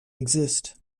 exist